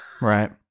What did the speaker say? Right